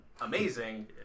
amazing